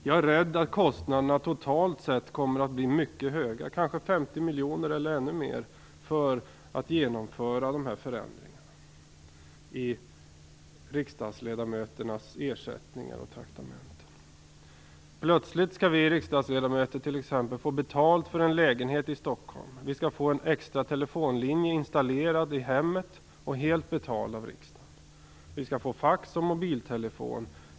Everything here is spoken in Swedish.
Jag är rädd att kostnaderna totalt sett för att genomföra de här förändringarna i riksdagsledamöternas ersättningar och traktamenten kommer att bli mycket höga, kanske 50 miljoner eller ännu mer. Plötsligt skall vi riksdagsledamöter t.ex. få betalt för en lägenhet i Stockholm. Vi skall få en extra telefonlinje installerad i hemmet och helt betald av riksdagen. Vi skall få fax och mobiltelefon.